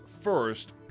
first